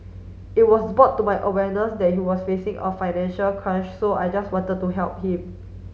it was bought to my awareness that he was facing a financial crunch so I just wanted to help him